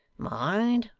mind.